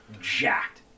jacked